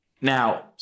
Now